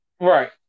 Right